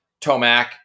Tomac